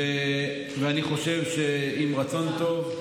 ואני חושב שעם רצון טוב,